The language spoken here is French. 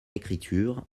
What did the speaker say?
écriture